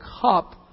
cup